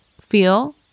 feel